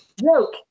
joke